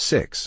Six